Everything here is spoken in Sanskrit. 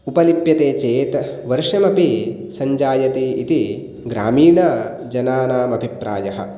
उपलिप्यते चेत् वर्षमपि सञ्जायते इति ग्रामीणजनानामभिप्रायः